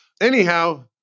Anyhow